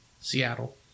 Seattle